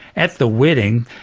at the wedding,